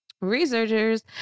researchers